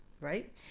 right